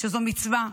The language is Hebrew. שזו מצווה,